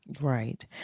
right